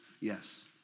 Yes